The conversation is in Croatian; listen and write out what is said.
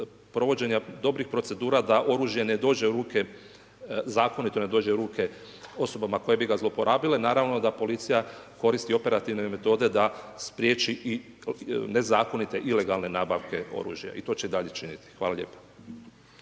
provođenja dobrih procedura da oružje ne dođe, zakonito ne dođe u ruke osobama koje bi ga zloporabile, naravno da policija koristi operativne metode da spriječi i nezakonite ilegalne nabavke oružja. I to će i dalje činiti. Hvala lijepa.